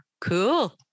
Cool